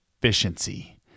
efficiency